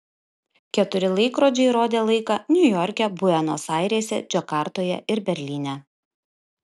keturi laikrodžiai rodė laiką niujorke buenos airėse džakartoje ir berlyne